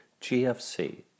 GFC